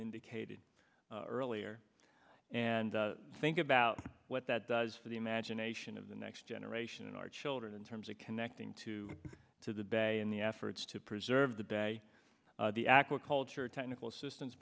indicated earlier and think about what that does to the imagination of the next generation in our children in terms of connecting to to the bay and the efforts to preserve the bay the aquaculture technical assistance